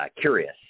curious